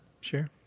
sure